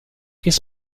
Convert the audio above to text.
his